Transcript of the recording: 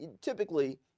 typically